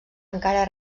encara